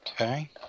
Okay